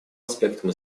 аспектам